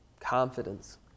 confidence